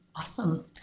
Awesome